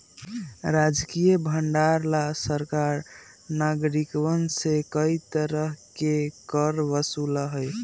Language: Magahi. राजकीय भंडार ला सरकार नागरिकवन से कई तरह के कर वसूला हई